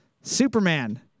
Superman